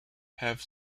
have